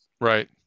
Right